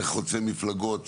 זה חוצה מפלגות,